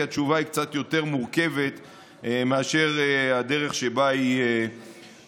כי התשובה קצת יותר מורכבת מאשר הדרך שבה היא הוצגה.